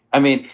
i mean,